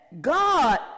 God